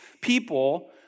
people